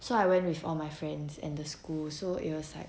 so I went with all my friends and the school so it was like